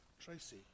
tracy